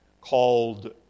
called